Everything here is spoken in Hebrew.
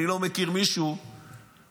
אני לא מכיר מישהו שבוודאי